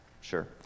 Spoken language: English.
sure